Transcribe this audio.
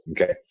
Okay